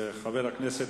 זה לא עניין פוליטי.